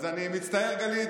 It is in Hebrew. אז אני מצטער, גלית,